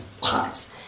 pots